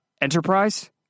Enterprise